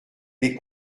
les